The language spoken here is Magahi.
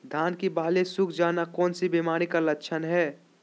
धान की बाली सुख जाना कौन सी बीमारी का लक्षण है?